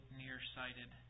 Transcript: nearsighted